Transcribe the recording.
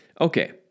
okay